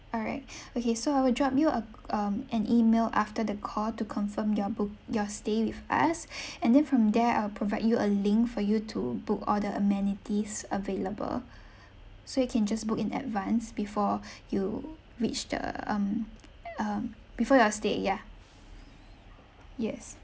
all right okay so I will drop you a~ um an email after the call to confirm your book your stay with us and then from there I'll provide you a link for you to book all the amenities available so you can just book in advance before you reach the um um before your stay ya yes